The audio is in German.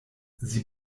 sie